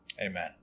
Amen